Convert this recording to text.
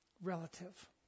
relative